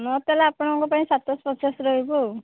ମୁଁ ତାହେଲେ ଆପଣଙ୍କ ପାଇଁ ସାତଶହ ପଚାଶ୍ ରହିବ ଆଉ